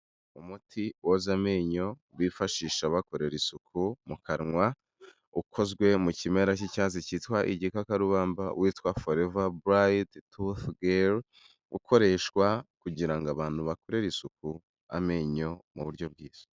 Umuti woza amenyo bifashisha bakorera isuku mu kanwa, ukozwe mu kimera cy'icyatsi cyitwa igikakarubamba witwa Foreva Burayiti Tufugeli, ukoreshwa kugira ngo abantu bakorere isuku amenyo mu buryo bwiza.